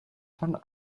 von